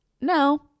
No